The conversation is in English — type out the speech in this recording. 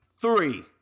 three